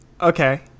Okay